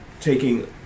taking